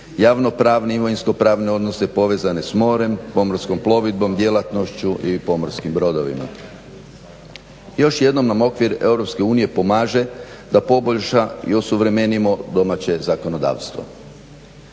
javno pravne, imovinsko prave odnose povezane s morem, pomorskom plovidbom, djelatnošću i pomorskim brodovima. Još jednom nam okvir EU pomaže da poboljša i osuvremenimo domaće zakonodavstvo.